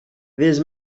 this